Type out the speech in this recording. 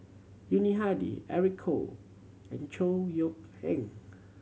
Yuni Hadi Eric Khoo and Chor Yeok Eng